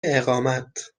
اقامت